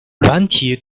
软体